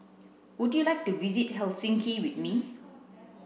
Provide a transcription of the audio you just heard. would you like to visit Helsinki with me